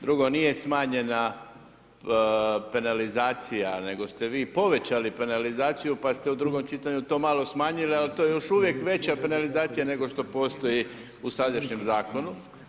Drugo, nije smanjena penalizacija nego ste vi povećali penalizaciju pa ste u drugom čitanju to malo smanjili ali to je još uvijek veća penalizacija nego što postoji u sadašnjem zakonu.